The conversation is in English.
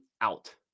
out